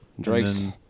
Drake's